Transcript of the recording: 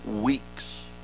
weeks